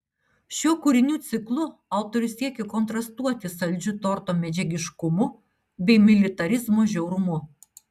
šiuo kūrinių ciklu autorius siekė kontrastuoti saldžiu torto medžiagiškumu bei militarizmo žiaurumu